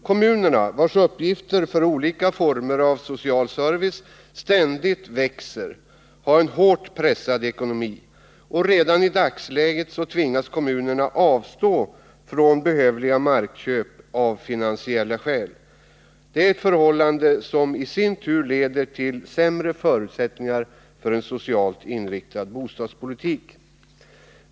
Kommunerna, vilkas uppgifter för olika former av social service ständigt växer, har en hårt pressad ekonomi. Redan i dagsläget tvingas kommunerna avstå från behövliga markköp av finansiella skäl. Det är ett förhållande som i sin tur leder till sämre förutsättningar för en socialt inriktad bostadspolitik.